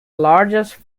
largest